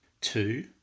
Two